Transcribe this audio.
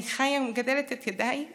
ואני חיה ומגדלת את ילדיי בירושלים.